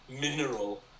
mineral